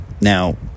Now